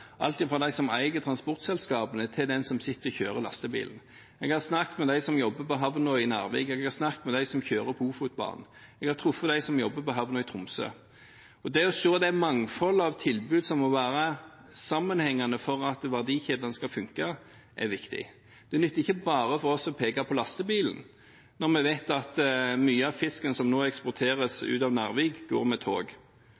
alt fra dem som eier transportselskapene, til dem som sitter og kjører lastebilen. Jeg har snakket med dem som jobber på havna i Narvik, jeg har snakket med dem som kjører på Ofotbanen, og jeg har truffet dem som jobber på havna i Tromsø. Det å se det mangfoldet av tilbud som må være sammenhengende for at verdikjeden skal funke, er viktig. Det nytter ikke bare for oss å peke på lastebilen når vi vet at mye av fisken som nå eksporteres ut av Narvik, går med tog.